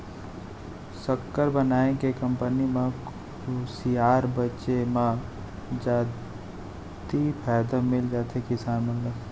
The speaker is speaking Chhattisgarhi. सक्कर बनाए के कंपनी म खुसियार बेचे म जादति फायदा मिल जाथे किसान मन ल